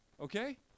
okay